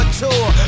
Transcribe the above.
tour